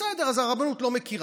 בסדר, אז הרבנות לא מכירה.